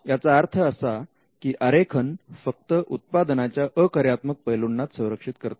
याचा अर्थ असा की आरेखन फक्त उत्पादनाच्या अकार्यात्मक पैलूंनाच संरक्षित करते